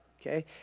okay